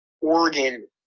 Oregon